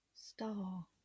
Star